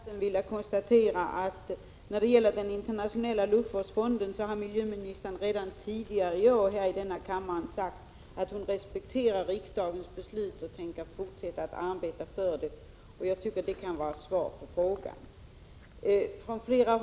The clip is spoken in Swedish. Herr talman! Till slut i debatten vill jag bara konstatera att när det gäller den internationella luftvårdsfonden har miljöministern redan tidigare i år i denna kammare sagt att hon respekterar riksdagens beslut och tänker fortsätta att arbeta för detta. Det tycker jag kan vara svar på den frågan.